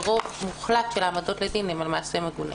הרוב המוחלט של העמדות לדין הן על מעשה מגונה.